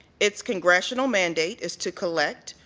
it's congressional mandate is to collect,